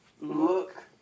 look